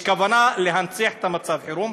יש כוונה להנציח את מצב החירום.